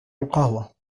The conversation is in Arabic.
القهوة